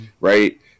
right